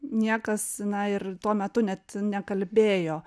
niekas na ir tuo metu net nekalbėjo